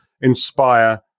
inspire